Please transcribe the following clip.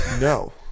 No